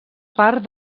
part